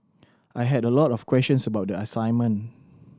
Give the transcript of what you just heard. I had a lot of questions about the assignment